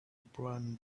brown